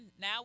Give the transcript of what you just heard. Now